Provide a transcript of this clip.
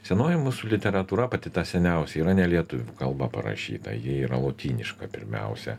senoji mūsų literatūra pati ta seniausia yra ne lietuvių kalba parašyta ji yra lotyniška pirmiausia